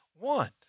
want